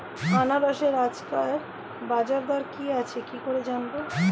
আনারসের আজকের বাজার দর কি আছে কি করে জানবো?